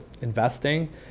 investing